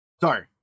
Sorry